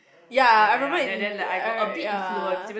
ya I remember in uh ya